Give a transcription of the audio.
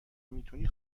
میتونی